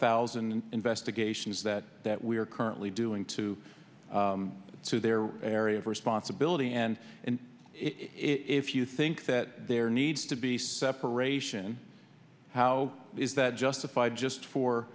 thousand and investigations that that we are currently doing to to their area of responsibility and if you think that there needs to be separation how is that justified just for